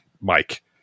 Mike